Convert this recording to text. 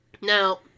Now